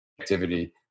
activity